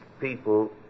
people